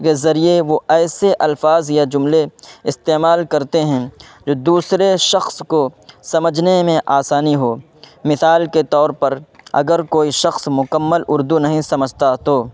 کے ذریعے وہ ایسے الفاظ یا جملے استعمال کرتے ہیں جو دوسرے شخص کو سمجھنے میں آسانی ہو مثال کے طور پر اگر کوئی شخص مکمل اردو نہیں سمجھتا تو